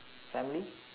family